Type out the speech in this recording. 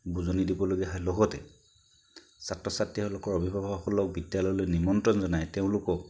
বুজনি দিবলগীয়া হয় লগতে ছাত্ৰ ছাত্ৰীসকলৰ অভিভাৱকসকলক বিদ্যালয়লৈ নিমন্ত্ৰণ জনাই তেওঁলোকক